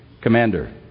commander